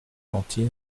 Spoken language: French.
mentir